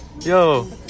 yo